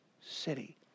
city